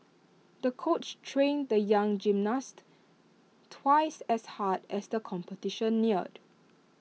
the coach trained the young gymnast twice as hard as the competition neared